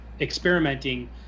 experimenting